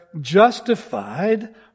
justified